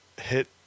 hit